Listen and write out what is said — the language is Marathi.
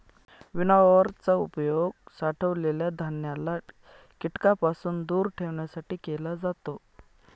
विनॉवर चा उपयोग साठवलेल्या धान्याला कीटकांपासून दूर ठेवण्यासाठी केला जातो